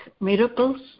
miracles